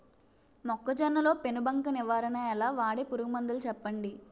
మొక్కజొన్న లో పెను బంక నివారణ ఎలా? వాడే పురుగు మందులు చెప్పండి?